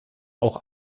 auch